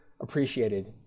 appreciated